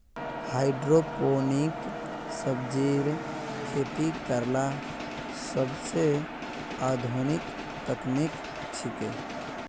hydroponic सब्जिर खेती करला सोबसे आधुनिक तकनीक छिके